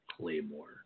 Claymore